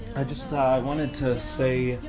wanted to say,